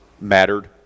mattered